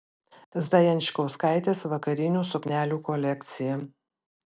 zajančkauskaitės vakarinių suknelių kolekcija